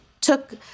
took